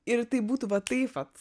ir tai būtų va taip vat